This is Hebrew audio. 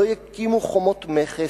לא יקימו חומות מכס,